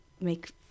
make